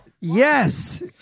Yes